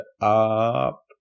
up